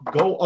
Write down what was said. go